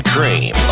Cream